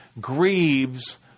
grieves